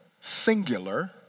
singular